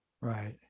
Right